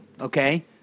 okay